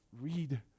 read